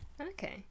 Okay